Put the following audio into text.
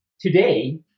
today